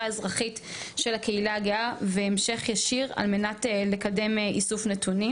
האזרחית של הקהילה הגאה וממשק ישיר על מנת לקדם איסוף נתונים.